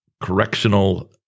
correctional